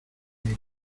iris